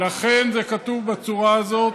לכן זה כתוב בצורה הזאת.